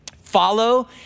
Follow